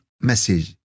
message